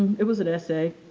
it was an essay,